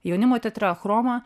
jaunimo teatre chroma